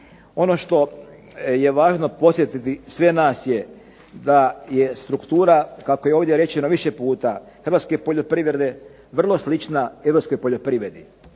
Ono što je važno podsjetiti sve nas je da je struktura kako je ovdje rečeno više puta hrvatske poljoprivrede vrlo slična europskoj poljoprivredi.